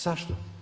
Zašto?